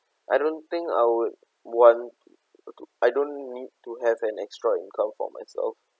I don't think I would want to I don't need to have an extra income for myself